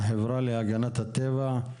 החברה להגנת הטבע,